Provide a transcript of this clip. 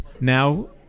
now